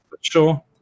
sure